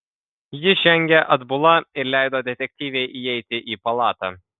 ji žengė atbula ir leido detektyvei įeiti į palatą